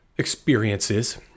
experiences